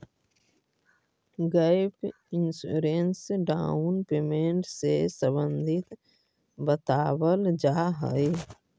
gap insurance down payment से संबंधित बतावल जाऽ हई